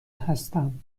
هستم